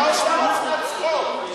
עושה צחוק.